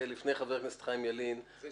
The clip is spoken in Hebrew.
לפני שנשמע את חבר הכנסת חיים ילין, אני